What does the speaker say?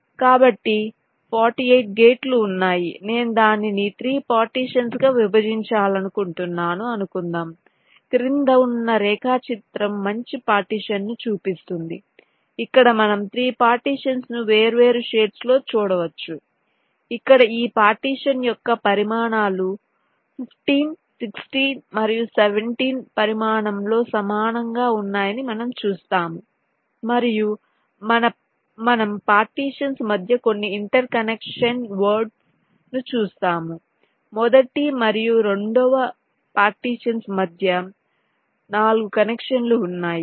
కాబట్టి 48 గేట్లు ఉన్నాయి నేను దానిని 3 పార్టీషన్స్ గా విభజించాలనుకుంటున్నాను అనుకుందాం క్రింద ఉన్న రేఖాచిత్రం మంచి పార్టీషన్ ను చూపిస్తుంది ఇక్కడ మనం 3 పార్టీషన్స్ ను వేర్వేరు షేడ్స్లో చూడవచ్చు ఇక్కడ ఈ పార్టీషన్ యొక్క పరిమాణాలు 15 16 మరియు 17 పరిమాణంలో సమానంగా ఉన్నాయని మనం చూస్తాము మరియు మనం పార్టీషన్స్ మధ్య కొన్ని ఇంటర్ కనెక్షన్ వర్డ్స్ ను చూస్తాము మొదటి మరియు రెండవ పార్టీషన్స్ మధ్య 4 కనెక్షన్లు ఉన్నాయి